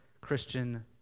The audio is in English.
Christian